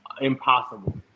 impossible